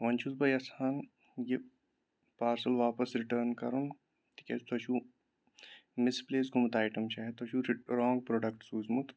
وۅنۍ چھُس بہٕ یِژھان یہِ پارسَل واپَس رِٹٲرٕن کَرُن تِکیٛازِ تۅہہِ چھُو مِسپلیس گوٚمُت اَیٹَم شایَد تۅہہِ چھُو رِٹ رانٛگ پرٛوڈَکٹ سوٗزمُت